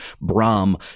Brahm